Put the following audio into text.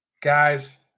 guys